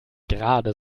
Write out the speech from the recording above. gerade